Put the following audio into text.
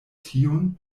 tiun